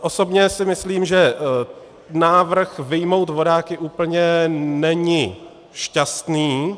Osobně si myslím, že návrh vyjmout vodáky úplně není šťastný.